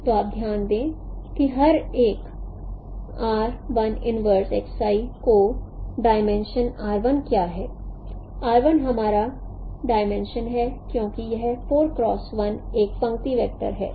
तो आप ध्यान दें कि हर एक का डाईमेंशन क्या है हमारा डाईमेंशन है क्योंकि यह एक पंक्ति वेक्टर है